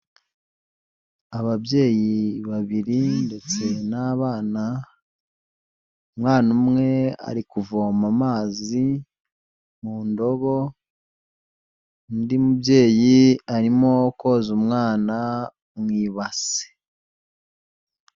Ababyeyi babiri ndetse n'abana, umwana umwe ari kuvoma amazi mu ndobo, undi mubyeyi arimo koza umwana mu ibase.